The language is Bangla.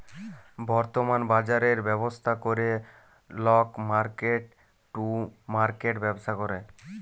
বর্তমাল বাজরের ব্যবস্থা ক্যরে লক মার্কেট টু মার্কেট ব্যবসা ক্যরে